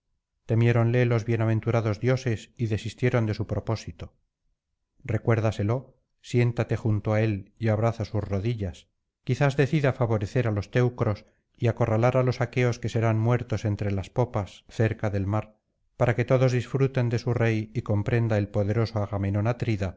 gloria temiéronle los bienaventurados dioses y desistieron de su propósito recuérdaselo siéntate junto á él y abraza sus rodillas quizás decida favorecer á los teucros y acorralar á los aqueos que serán muertos entre las popas cerca del mar para que todos disfruten de su rey y comprenda el poderoso agamenón